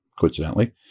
coincidentally